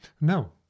No